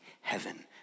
heaven